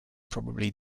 probably